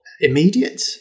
immediate